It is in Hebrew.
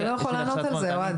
אבל אתה לא יכול לענות את זה אוהד.